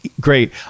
great